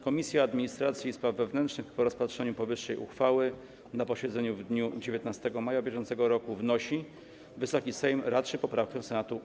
Komisja Administracji i Spraw Wewnętrznych, po rozpatrzeniu powyższej uchwały na posiedzeniu w dniu 19 maja br. wnosi, by Wysoki Sejm raczył odrzucić poprawkę Senatu.